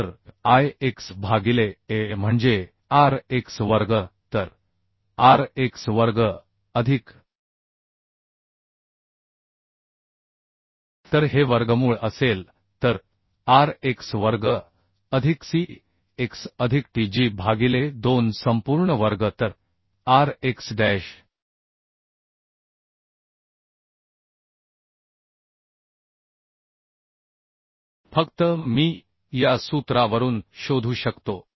तर I x भागिले A म्हणजे R x वर्ग तर R x वर्ग अधिक तर हे वर्गमूळ असेल तर R x वर्ग अधिक C x अधिक t g भागिले 2 संपूर्ण वर्ग तर R x डॅश फक्त मी या सूत्रावरून शोधू शकतो